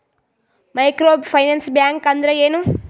Micro finance bank ಅಂದ್ರ ಏನು?